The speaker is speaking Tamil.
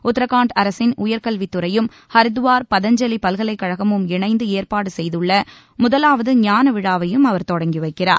உத்தரகாண்ட் அரசின் உயர்கல்வி துறையும் ஹரித்துவார் பதஞ்சலி பல்கலைக்கழகமும் இணைந்து ஏற்பாடு செய்துள்ள முதலாவது ஞான விழாவையும் அவர் தொடங்கி வைக்கிறார்